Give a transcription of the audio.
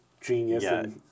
genius